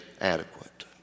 adequate